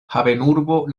havenurbo